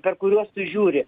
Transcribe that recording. per kuriuos tu žiūri